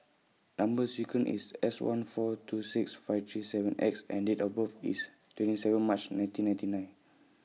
Number sequence IS S one four two six five three seven X and Date of birth IS twenty seven March nineteen ninety nine